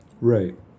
right